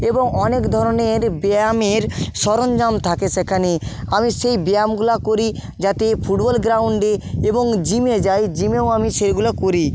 এবং অনেক ধরনের ব্যায়ামের সরঞ্জাম থাকে সেখানে আমি সেই ব্যায়ামগুলো করি যাতে ফুটবল গ্রাউণ্ডে এবং জিমে যাই জিমেও আমি সেইগুলো করি